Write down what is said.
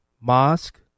mosque